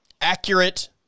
accurate